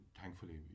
thankfully